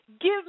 Give